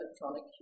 electronic